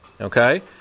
okay